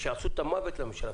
שיעשו את המוות לממשלה.